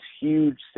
huge